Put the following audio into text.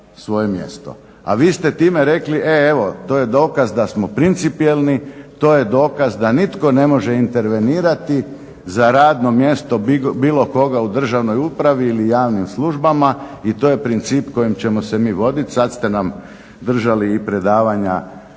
svoje mjesto. A vi ste time rekli e, evo to je dokaz da smo principijelni, to je dokaz da nitko ne može intervenirati za radno mjesto bilo koga u državnoj upravi ili javnim službama i to je princip kojim ćemo se mi voditi. Sad ste nam držali i predavanja